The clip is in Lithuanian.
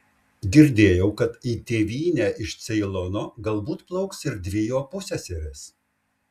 girdėjau kad į tėvynę iš ceilono galbūt plauks ir dvi jo pusseserės